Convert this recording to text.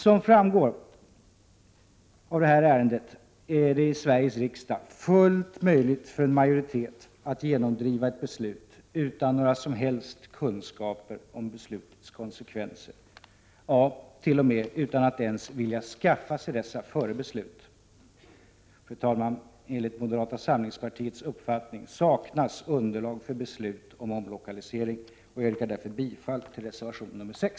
Som framgår av detta ärende är det i Sveriges riksdag fullt möjligt för en majoritet att genomdriva ett beslut utan några som helst kunskaper om beslutets konsekvenser — ja, t.o.m. utan att ens vilja skaffa sig dessa före beslutet. Fru talman! Enligt moderata samlingspartiets uppfattning saknas underlag för beslut om omlokalisering. Jag yrkar därför bifall till reservation nr 6.